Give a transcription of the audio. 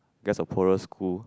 guess a poorer school